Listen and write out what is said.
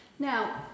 Now